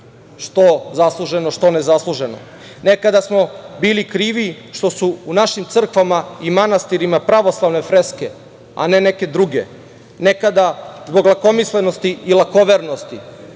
što zasluženo, što ne zasluženo. Nekada smo bili krivi što su u našim crkvama i manastirima pravoslavne freske, a ne neke druge, nekada zbog lakomislenosti i lakovernosti,